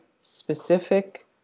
specific